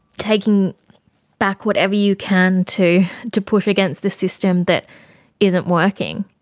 taking back whatever you can to to push against the system that isn't working.